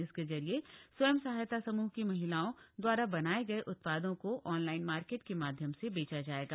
इसके जरिए स्वयं सहायता समूहों की महिलाओं द्वारा बनाये गये उत्पादों को ऑनलाइन मार्केट के माध्यम से बेचा जायेगा